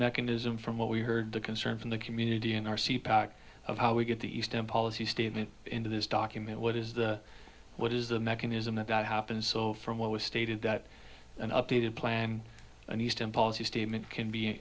mechanism from what we heard the concern from the community n r c pack of how we get the eastern policy statement into this document what is the what is the mechanism that happens so from what was stated that an updated plan an eastern policy statement can be